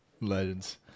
legends